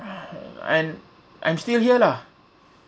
and I'm still here lah